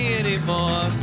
anymore